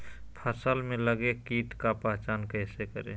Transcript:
फ़सल में लगे किट का पहचान कैसे करे?